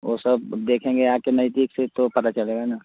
वो सब देखेंगे आके नजदीक से तो पता चलेगा ना